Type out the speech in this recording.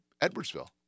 Edwardsville